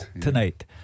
tonight